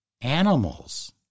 animals